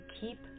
keep